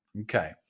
Okay